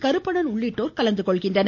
கருப்பணன் உள்ளிட்டோர் கலந்துகொள்கின்றனர்